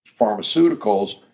pharmaceuticals